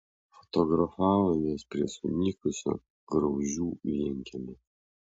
fotografavomės prie sunykusio graužių vienkiemio